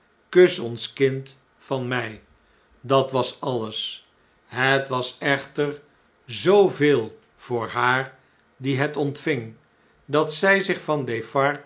kus ons kind van mn dat was alles het was eohter zooveel voor haar die het ontving dat zn zich van